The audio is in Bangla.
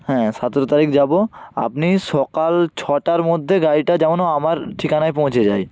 হ্যাঁ সতেরো তারিখ যাব আপনি সকাল ছটার মধ্যে গাড়িটা যেন আমার ঠিকানায় পৌঁছে যায়